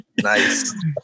Nice